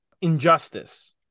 Injustice